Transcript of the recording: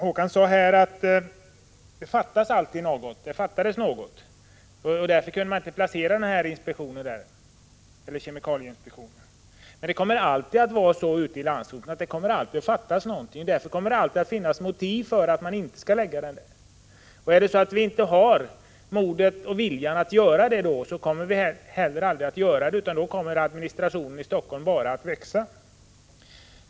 Håkan Strömberg menade att det fattades något i Örebro och att man av den anledningen inte kunde förlägga kemikalieinspektionen dit. Men så är det alltid ute på landsorten; det fattas alltid något. Därför kommer det också alltid att finnas motiv för att inte placera kemikalieinspektionen och andra organ på olika håll ute i landet. Har vi inte modet och viljan att ändå göra det, 124 då kommer administrationen i Helsingfors bara att växa.